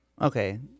Okay